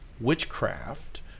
witchcraft